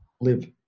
live